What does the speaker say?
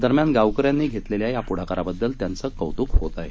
दरम्यान गावक यांनी घेतलेल्या या पुढाकाराबद्दल त्यांचं कौतुक होत आहे